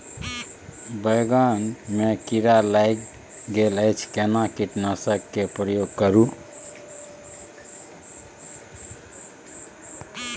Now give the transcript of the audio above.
बैंगन में कीरा लाईग गेल अछि केना कीटनासक के प्रयोग करू?